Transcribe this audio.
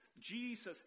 Jesus